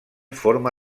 forma